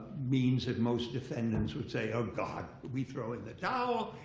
means that most defendants would say, oh god, we throw in the towel.